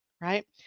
right